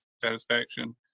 satisfaction